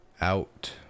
Out